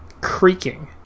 Creaking